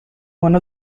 one